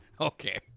Okay